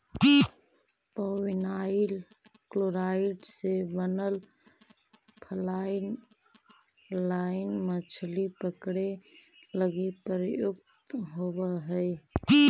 polyvinyl chloride से बनल fly line मछली पकडे लगी प्रयुक्त होवऽ हई